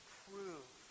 prove